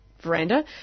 veranda